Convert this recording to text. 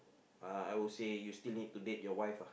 uh I would say you still need to date your wife uh